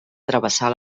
travessar